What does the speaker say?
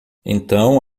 então